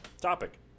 topic